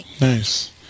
Nice